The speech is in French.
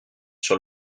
sur